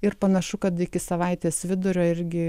ir panašu kad iki savaitės vidurio irgi